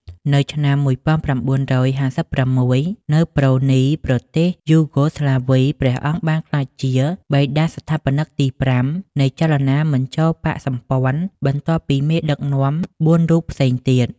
នៅឆ្នាំ១៩៥៦ នៅ ប្រ៊ូនី ប្រទេសយូហ្គោស្លាវី ព្រះអង្គបានក្លាយជាបិតាស្ថាបនិកទី៥ នៃចលនាមិនចូលបក្សសម្ព័ន្ធ បន្ទាប់ពីមេដឹកនាំ៤រូបផ្សេងទៀត។